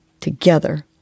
together